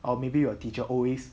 or maybe your teacher always